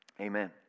amen